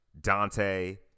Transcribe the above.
Dante